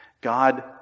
God